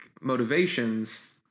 motivations